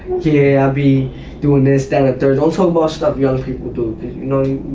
yeah be doing this then. there's also more stuff young people to know.